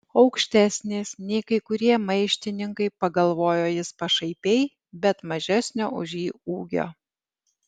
aukštesnės nei kai kurie maištininkai pagalvojo jis pašaipiai bet mažesnio už jį ūgio